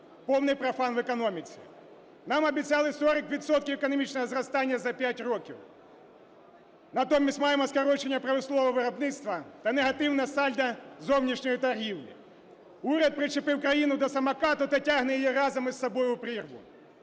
повний профан в економіці. Нам обіцяли 40 відсотків економічного зростання за 5 років. Натомість маємо скорочення промислового виробництва та негативне сальдо зовнішньої торгівлі. Уряд причепив країну до самоката та тягне її разом із собою у прірву.